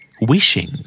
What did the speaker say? Wishing